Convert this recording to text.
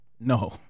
No